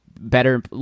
better